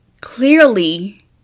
clearly